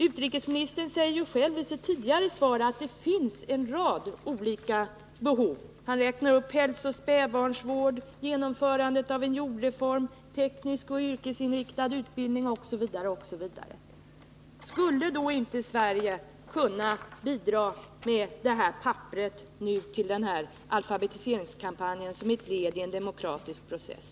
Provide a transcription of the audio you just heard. Utrikesministern sade ju själv i sitt tidigare svar i dag att det finns en rad olika behov. Han räknar upp hälsooch spädbarnsvård, genomförandet av en jordreform, teknisk och yrkesinriktad utbildning osv. Skulle då inte Sverige kunna bidra med det här papperet till alfabetiseringskampanjen som ett led i en demokratisk process?